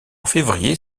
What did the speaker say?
février